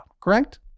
Correct